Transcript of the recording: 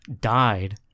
died